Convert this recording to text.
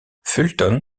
fulton